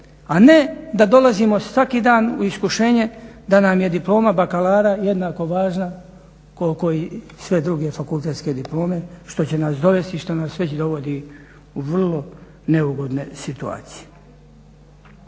a ne da dolazimo svaki dan u iskušenje da nam je diploma bakalara jednako važna koliko i sve druge fakultetske diplome, što će nas dovesti i što nas već dovodi u vrlo neugodne situacije.